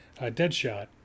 Deadshot